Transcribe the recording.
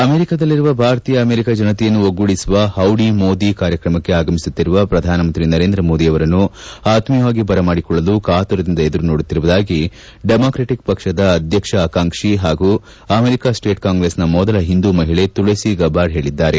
ಅಮೆರಿಕಾದಲ್ಲಿರುವ ಭಾರತೀಯ ಅಮೆರಿಕ ಜನತೆಯನ್ನು ಒಗ್ಗೂಡಿಸುವ ಹೌಡಿ ಮೋದಿ ಕಾರ್ಯಕ್ರಮಕ್ಷೆ ಆಗಮಿಸುತ್ತಿರುವ ಪ್ರಧಾನಮಂತ್ರಿ ನರೇಂದ್ರ ಮೋದಿ ಅವರನ್ನು ಆತ್ಲೀಯವಾಗಿ ಬರಮಾಡಿಕೊಳ್ಳಲು ಕಾತರದಿಂದ ಎದುರು ನೋಡುತ್ತಿರುವುದಾಗಿ ಡೆಮಾಕ್ರಟಿಕ್ ಪಕ್ಷದ ಅಧ್ಯಕ್ಷ ಆಕಾಂಕ್ಷಿ ಹಾಗೂ ಅಮೆರಿಕ ಸ್ವೇಟ್ ಕಾಂಗ್ರೆಸ್ನ ಮೊದಲ ಒಂದೂ ಮಹಿಳೆ ತುಳಸಿ ಗಬ್ಬರ್ಡ್ ಹೇಳಿದ್ದಾರೆ